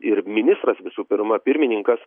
ir ministras visų pirma pirmininkas